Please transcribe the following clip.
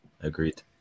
Agreed